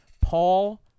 Paul